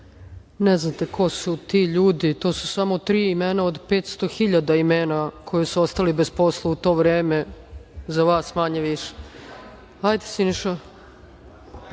ne znate ko su ti ljudi. To su samo tri imena od 500 hiljada imena koji su ostali bez posla u to vreme, za vas manje-više. Izvolite. **Siniša